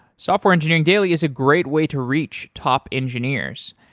software engineering daily is a great way to reach top engineers.